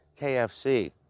KFC